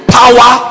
power